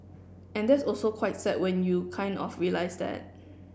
and that's also quite sad when you kind of realise that